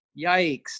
Yikes